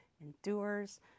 endures